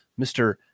Mr